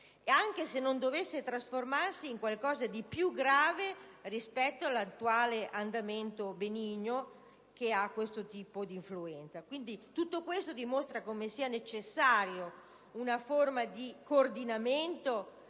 anche se non dovesse trasformarsi in qualcosa di più grave rispetto all'attuale andamento benigno che ha questo tipo di influenza. Quindi, tutto questo dimostra come sia necessaria una forma di coordinamento